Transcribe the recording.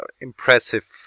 impressive